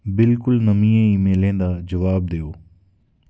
बिलकुल नमियें ईमेलें दा जवाब देओ